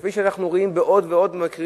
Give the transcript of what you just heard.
וכפי שאנחנו רואים בעוד ועוד דברים: